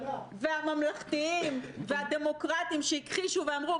הממלכתיים והדמוקרטים שהכחישו ואמרו,